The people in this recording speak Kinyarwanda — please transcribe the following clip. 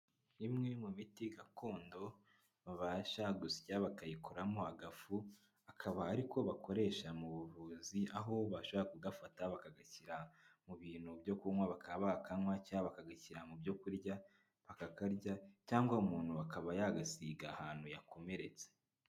Imwe mu miti gakondo babasha gusya bakayikoramo agafu, akaba ari ko bakoresha mu buvuzi. Aho bashobora kugafata bakagashyira mu bintu byo kunywa bakaba bakanywa cyangwa bakagashyira mu byo kurya bakakarya. Cyangwa umuntu bakaba yagasiga ahantu yakomeretse.